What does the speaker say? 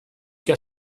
che